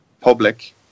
public